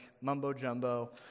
mumbo-jumbo